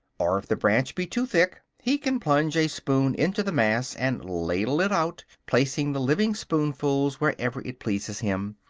or, if the branch be too thick, he can plunge a spoon into the mass, and ladle it out, placing the living spoonfuls wherever it pleases him,